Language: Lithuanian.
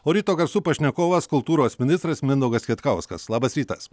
o ryto garsų pašnekovas kultūros ministras mindaugas kvietkauskas labas rytas